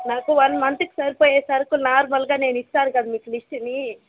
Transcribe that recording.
నాకు వన్ మంత్కు సరిపోయే సరుకులు నార్మల్గా నేను ఇస్తాను కదా మీకు లిస్ట్ని